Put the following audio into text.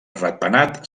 ratpenat